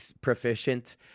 proficient